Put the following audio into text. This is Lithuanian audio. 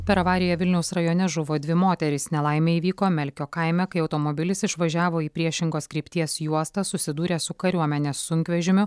per avariją vilniaus rajone žuvo dvi moterys nelaimė įvyko melkio kaime kai automobilis išvažiavo į priešingos krypties juostą susidūrė su kariuomenės sunkvežimiu